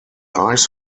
ice